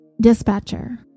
Dispatcher